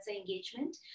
engagement